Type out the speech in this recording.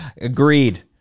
Agreed